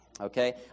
okay